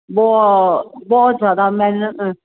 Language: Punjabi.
ਬਹੁਤ ਬਹੁਤ ਜ਼ਿਆਦਾ ਮੈਨੂੰ